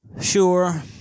Sure